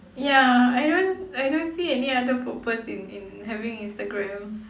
ya I don't I don't see any other purpose in in having instagram